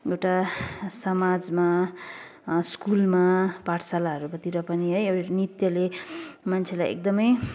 एउटा समाजमा स्कुलमा पाठशालाहरू तिर पनि नृत्यले एकदमै